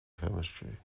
chemistry